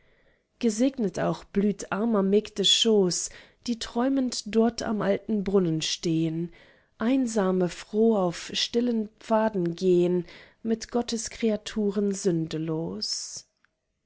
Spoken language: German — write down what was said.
gesegnet auch blüht armer mägde schoß die träumend dort am alten brunnen stehn einsame froh auf stillen pfaden gehn mit gottes kreaturen sündelos